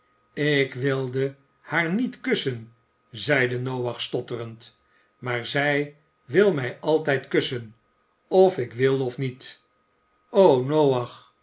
k wilde haar niet kussen zeide noach stotterend maar zij wil mij altijd kussen of ik wil of niet